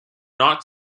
not